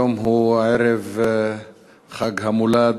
היום הוא ערב חג המולד.